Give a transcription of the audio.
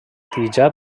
tija